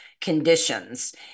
conditions